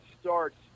starts